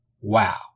wow